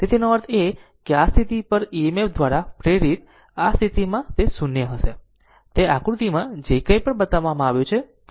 તેથી તેનો અર્થ એ કે આ સ્થિતિ પર EMF દ્વારા પ્રેરિત આ સ્થિતિમાં 0 હશે તે આકૃતિમાં જે કંઈ પણ બતાવવામાં આવ્યું છે તે છે